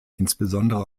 insbesondere